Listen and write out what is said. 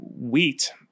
Wheat